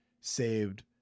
saved